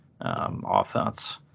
offense